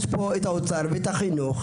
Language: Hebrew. יש פה האוצר והחינוך.